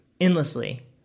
endlessly